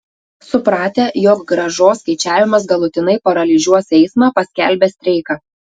supratę jog grąžos skaičiavimas galutinai paralyžiuos eismą paskelbė streiką